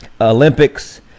Olympics